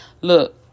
Look